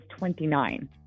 29